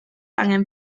angen